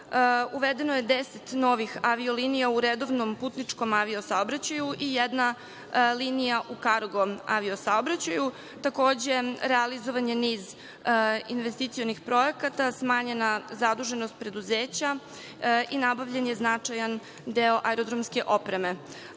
Uvedeno je 10 novih avio linija u redovnom putničkom avio-saobraćaju i jedna linija u kargo avio-saobraćaju. Takođe, realizovan je niz investicionih projekata, smanjena zaduženost preduzeća i nabavljen je značajan deo aerodromske opreme. Ukoliko